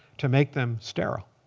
to make them sterile.